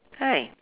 right